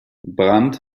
brandt